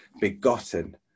begotten